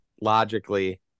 logically